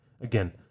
again